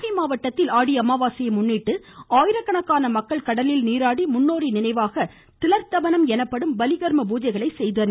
நாகை மாவட்டத்தில் ஆடி அமாவாசையை முன்னிட்டு ஆயிரக்கணக்கான மக்கள் கடலில் நீராடி முன்னோர்களின் நினைவாக திலர்தபணம் எனப்படும் பலிகர்ம பூஜைகளை செய்தனர்